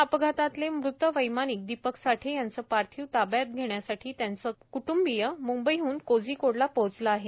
या अपघातातले मृत वैमानिक दीपक साठे यांचं पार्थिव ताब्यात घेण्यासाठी त्यांचं कृटंब मुंबईहन कोझिकोडला पोहोचलं आहे